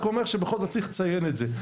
רק אומר שבכל זאת צריך לציין את זה.